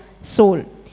soul